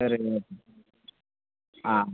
ஆ